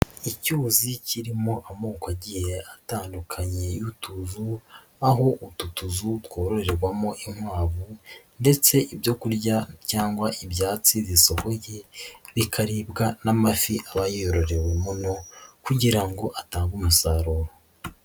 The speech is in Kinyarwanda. Icyuzi kirimo amoko agiye atandukanye y'utuzu, aho utu tuvu twororerwamo inkwavu ndetse ibyo kurya cyangwa ibyatsi zisohoye bikaribwa n'amafi aba yororewe muno kugira ngo atange umusaruro.